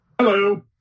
Hello